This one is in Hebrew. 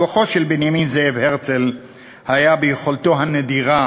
כוחו של בנימין זאב הרצל היה ביכולתו הנדירה